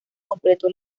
completó